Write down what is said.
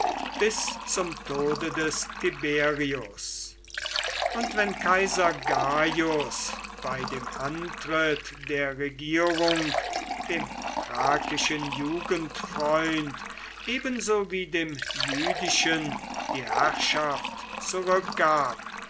bis zum tode des tiberius und wenn kaiser gaius bei dem antritt der regierung dem thrakischen jugendfreund ebenso wie dem jüdischen die herrschaft zurückgab